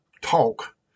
talk